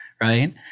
right